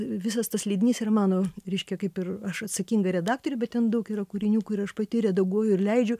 visas tas leidinys yra mano reiškia kaip ir aš atsakinga redaktorė bet ten daug yra kūrinių kur aš pati redaguoju ir leidžiu